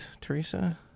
Teresa